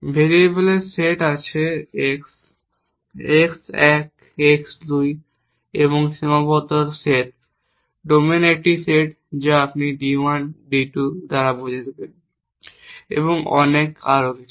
ভেরিয়েবলের সেট আছে x x এক x দুই একটি সীমাবদ্ধ সেট ডোমেনের একটি সেট যা আপনি d 1 d 2 দ্বারা বোঝাবেন এবং আরও অনেক কিছু